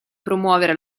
promuovere